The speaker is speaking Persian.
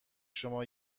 شما